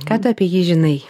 ką tu apie jį žinai